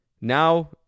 Now